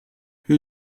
who